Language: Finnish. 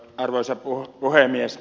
arvoisa puhemies